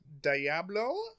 Diablo